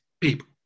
people